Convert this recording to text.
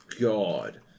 God